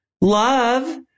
love